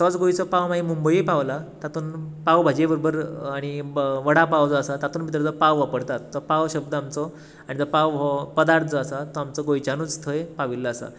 तो गोंयचो पाव मागीर मुंबयूय पावला तातूंत पाव भाजी बरोबर आनी वडा पाव जो आसा तातूंत भितर तो पाव वापरतात तो पाव शब्द आमचो आनी तो पाव हो पदार्थ जो आसा तो आमचो गोंयच्यानूच थंय पाविल्लो आसा